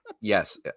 yes